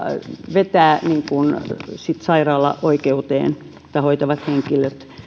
vetää sairaala tai hoitavat henkilöt oikeuteen